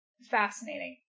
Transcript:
fascinating